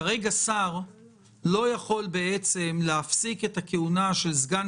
כרגע שר לא יכול להפסיק את הכהונה של סגן